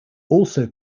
also